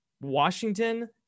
Washington